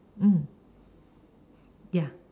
mm ya